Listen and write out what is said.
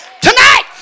tonight